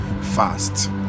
fast